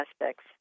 aspects